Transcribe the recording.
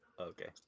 okay